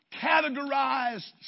categorized